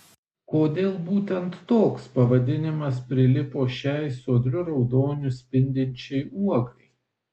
kodėl būtent toks pavadinimas prilipo šiai sodriu raudoniu spindinčiai uogai